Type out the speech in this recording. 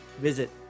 visit